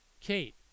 Kate